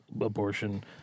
abortion